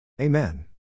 Amen